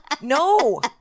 No